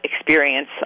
experience